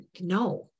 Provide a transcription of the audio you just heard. no